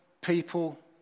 people